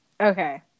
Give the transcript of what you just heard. Okay